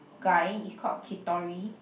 guy he's called Kitori